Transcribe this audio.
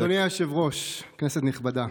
אדוני היושב-ראש, כנסת נכבדה,